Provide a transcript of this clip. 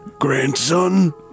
grandson